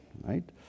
right